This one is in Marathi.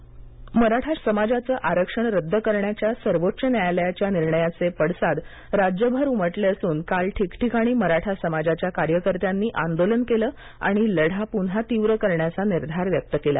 आंदोलन मराठा समाजाचं आरक्षण रद्द करण्याच्या सर्वोच्च न्यायालयाच्या निर्णयाचे पडसाद राज्यभर उमटले असून काल ठिकठीकाणी मराठा समाजाच्या कार्यकर्त्यांनी आंदोलन केलं आणि लढा पुन्हा तीव्र करण्याचा निर्धार व्यक्त केला